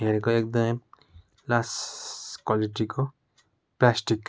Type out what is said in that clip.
हेरेको एकदमै लास्ट क्वालिटीको प्लास्टिक